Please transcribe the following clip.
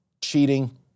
cheating